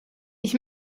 ich